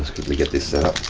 quickly get this set